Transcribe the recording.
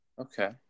Okay